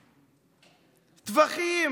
טבחים,